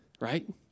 right